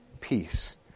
Peace